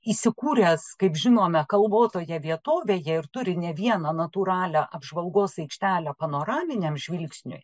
įsikūręs kaip žinome kalvotoje vietovėje ir turi ne vieną natūralią apžvalgos aikštelę panoraminiam žvilgsniui